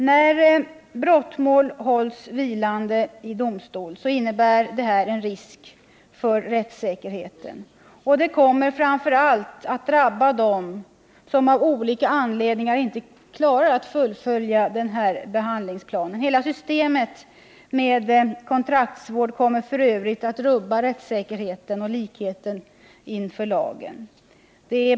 När brottmål hålls vilande vid domstol, innebär detta en risk för rättssäkerheten, och det kommer framför allt att drabba dem som av olika anledning inte klarar att fullfölja behandlingsplanen. Hela systemet med kontraktsvård kommer f. ö. att rubba rättssäkerheten och likheten inför lagen.